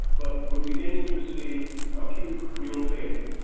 but we're beginning to see acute renal failure.